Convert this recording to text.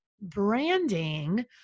branding